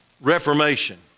reformation